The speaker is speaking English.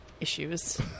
issues